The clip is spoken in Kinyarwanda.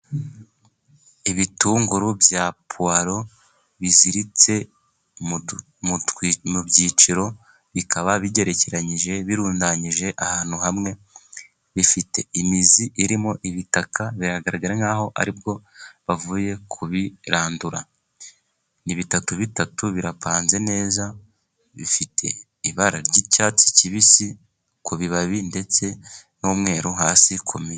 Ibitunguru bya puwaro biziritse mu byiciro, bikaba bigerekeraniije birundanyije ahantu hamwe, bifite imizi irimo ibitaka biragaragara nk'aho ari bwo bavuye kubirandura, ni bitatu bitatu birapanze neza bifite ibara ry'icyatsi kibisi ku bibabi, ndetse n'umweru hasi ku mizi.